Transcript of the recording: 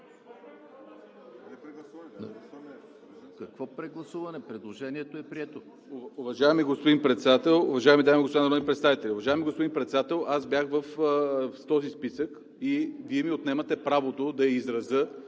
Какво прегласуване? Предложението е прието.